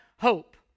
hope